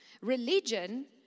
Religion